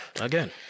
Again